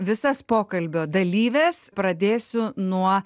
visas pokalbio dalyvės pradėsiu nuo